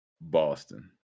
Boston